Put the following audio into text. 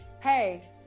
hey